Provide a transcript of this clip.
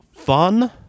Fun